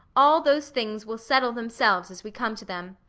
all those things will settle themselves as we come to them.